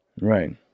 Right